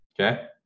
okay